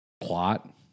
plot